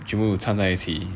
只不过有掺在一起